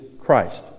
Christ